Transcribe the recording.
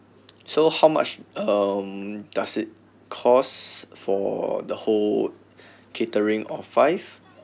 so how much um does it cost for the whole catering of five